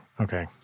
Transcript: okay